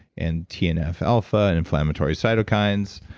and tnf alpha and inflammatory cytokines.